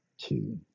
two